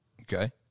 okay